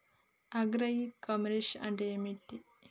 Agri e commerce అంటే ఏంటిది?